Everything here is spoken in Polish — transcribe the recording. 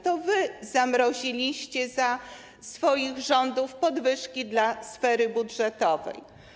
To wy zamroziliście za swoich rządów podwyżki dla sfery budżetowej.